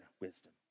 wisdom